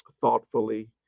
thoughtfully